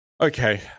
Okay